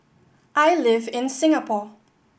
I live in Singapore